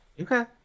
Okay